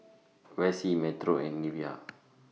Vessie Metro and Nevaeh